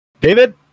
david